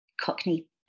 cockney